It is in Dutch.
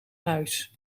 huis